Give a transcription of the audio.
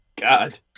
god